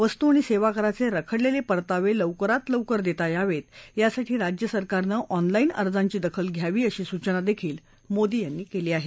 वस्तू आणि सेवा कराचे रखडलेले परतावे लवकरात लवकर देता यावेत यासाठी राज्य सरकारनं ऑनलाईन अर्जांची दखल घ्यावी अशी सूचनाही मोदी यांनी केली आहे